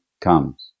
comes